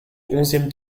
onzième